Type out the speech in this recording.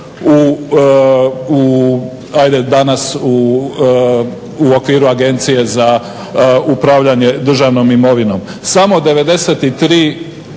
u hajde danas u okviru Agencije za upravljanje državnom imovinom. Samo 93